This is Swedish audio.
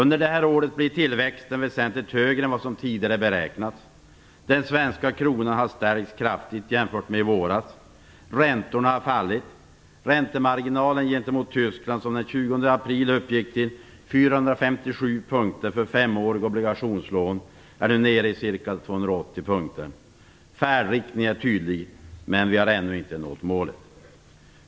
Under detta år blir tillväxten väsentligt högre än vad som tidigare beräknats. Den svenska kronan har stärkts kraftigt jämfört med i våras. Räntorna har fallit. Räntemarginalen gentemot Tyskland, som den 20 april uppgick till 457 punkter för femåriga obligationslån, är nu nere i ca 280 punkter. Färdriktningen är tydlig, men vi har ännu inte nått målet.